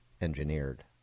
engineered